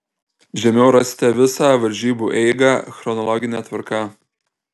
žemiau rasite visą varžybų eigą chronologine tvarka